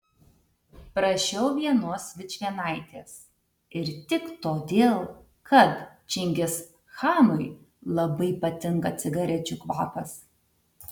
prašiau vienos vičvienaitės ir tik todėl kad čingischanui labai patinka cigarečių kvapas